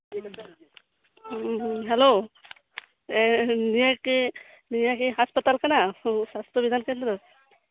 hello ᱱᱤᱭᱟᱹ ᱠᱤ ᱦᱟᱥᱯᱟᱛᱟᱞ ᱠᱟᱱᱟ ᱥᱟᱥᱛᱷᱚ ᱵᱤᱫᱷᱟᱱ ᱠᱮᱱᱫᱨᱚ